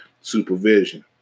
supervision